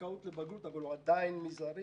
בזכאות לבגרות אבל הוא עדיין מזערי.